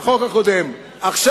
עכשיו,